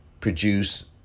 produce